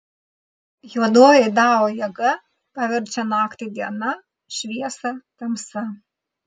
juodoji dao jėga paverčia naktį diena šviesą tamsa